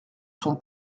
son